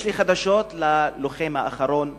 יש לי חדשות ללוחם האחרון במצדה,